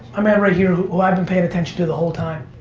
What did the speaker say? man right here, who i've been paying attention to the whole time.